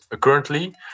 currently